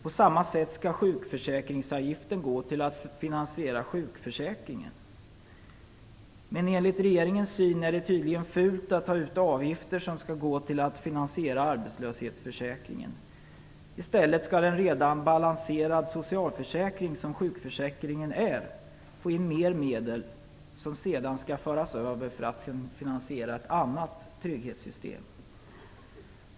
På samma sätt skall sjukförsäkringsavgiften gå till att finansiera sjukförsäkringen. Men enligt regeringens syn är det tydligen fult att ta ut avgifter som skall gå till att finansiera arbetslöshetsförsäkringen. I stället skall en redan balanserad socialförsäkring som sjukförsäkringen få in mer medel, som sedan skall föras över för att finansiera ett annat trygghetssystem.